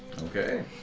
Okay